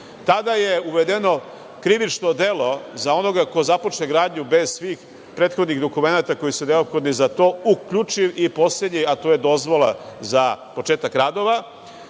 Tada je uvedeno krivično delo za onoga ko započne gradnju bez svih prethodnih dokumenata koji su neophodni za to, uključiv i poslednje, a to je dozvola za početak radova,